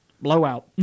blowout